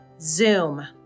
Zoom